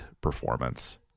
performance